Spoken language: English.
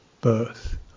birth